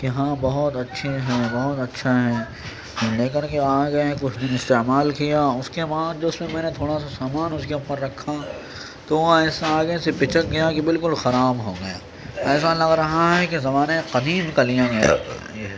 کہ ہاں بہت اچھے ہیں بہت اچھا ہے لے کر کے آ گئے کچھ دن استعمال کیا اس کے بعد جو اس میں میں نے تھوڑا سا سامان اس کے اوپر رکھا تو ایسا آگے سے پچک گیا کہ بالکل خراب ہو گیا ایسا لگ رہا ہے کہ زمانۂ قدیم کا لیا گیا ہو یہ ہے